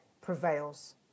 prevails